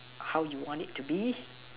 how you want it to be